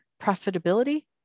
Profitability